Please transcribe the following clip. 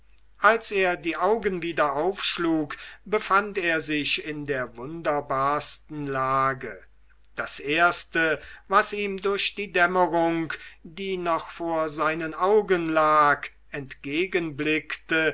als er die augen wieder aufschlug befand er sich in der wunderbarsten lage das erste was ihm durch die dämmerung die noch vor seinen augen lag entgegenblickte